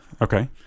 Okay